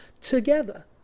together